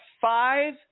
five